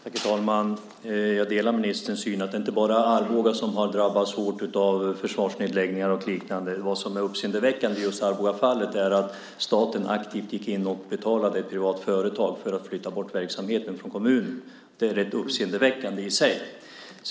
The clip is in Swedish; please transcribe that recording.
Herr talman! Jag delar ministerns syn att det inte bara är Arboga som har drabbats hårt av försvarsnedläggningar och liknande. Vad som är uppseendeväckande i just Arbogafallet är att staten aktivt gick in och betalade ett privat företag för att flytta bort verksamheten från kommunen. Det är rätt uppseendeväckande i sig.